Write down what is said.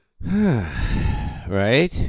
right